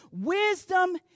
wisdom